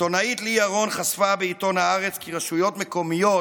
העיתונאית ליה רון חשפה בעיתון הארץ כי רשויות מקומיות